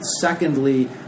secondly